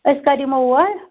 أسۍ کَر یِمو اور